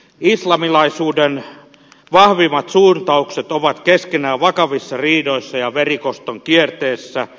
islamilaisuuden vahvimmat suuntaukset ovat keskenään vakavissa riidoissa ja verikoston kierteessä